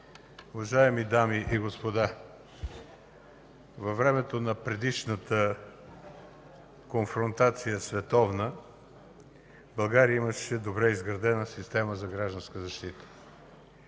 Уважаеми дами и господа, във времето на предишната конфронтация – световна, България имаше добре изградена система за гражданска защита.